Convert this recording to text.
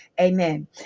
Amen